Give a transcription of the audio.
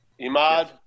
Imad